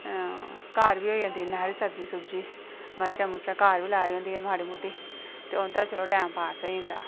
घर बी होई जंदी इन्नी हारी सब्जी सुब्जी मर्चां मुर्चां घर बी लाई दी होंदी माड़ी मुट्टी ते औंदा चलो टाइम पास होई जंदा